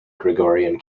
gregorian